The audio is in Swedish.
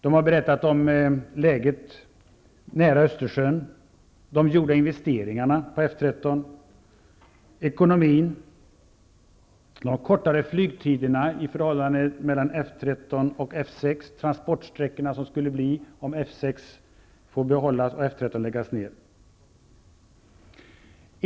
De har berättat om läget nära Östersjön, de gjorda investeringarna på F 13, ekonomin, de kortare flygtiderna i förhållandet mellan F 13 och F 6, transportsträckorna om F 6 får behållas och F 13 läggas ned.